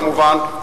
כמובן,